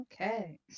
okay